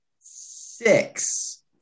Six